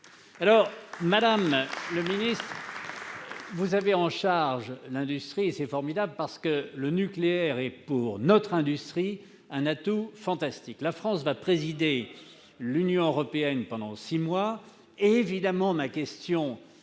Europe. Madame la ministre, vous avez en charge l'industrie. C'est formidable, parce que le nucléaire est, pour notre industrie, un atout fantastique. Oh là là ! La France va présider l'Union européenne pendant six mois et ma question est